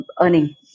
earning